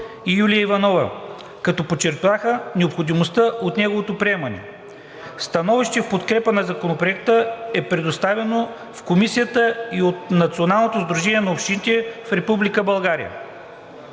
и Юлия Иванова, като подчертаха необходимостта от неговото приемане. Становище в подкрепа на Законопроекта е предоставено в Комисията и от Националното сдружение на общините в